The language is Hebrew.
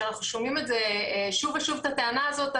שאנחנו שומעים שוב ושוב את הטענה הזאת,